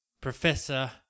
professor